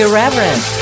Irreverent